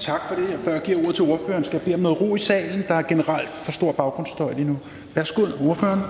Kl. 21:17 Fjerde næstformand (Rasmus Helveg Petersen): Tak for det. Og før jeg giver ordet til ordføreren, skal jeg bede om noget ro i salen; der er generelt for meget baggrundsstøj lige nu. Værsgo, ordføreren.